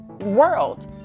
world